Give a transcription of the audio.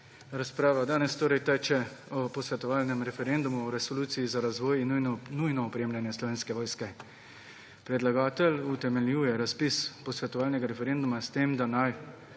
Razprava danes teče o posvetovalnem referendumu o resoluciji za razvoj in nujno opremljanje Slovenske vojske. Predlagatelj utemeljuje razpis posvetovalnega referenduma s tem, da naj